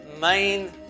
main